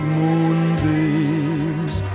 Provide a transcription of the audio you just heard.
moonbeams